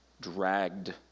dragged